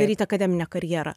daryt akademinę karjerą